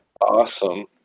Awesome